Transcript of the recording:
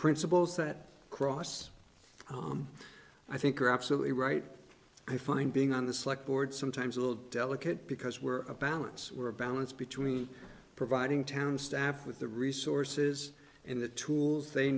principles that cross i think are absolutely right i find being on the select board sometimes a little delicate because we're a balance were a balance between providing town staff with the resources in the tools they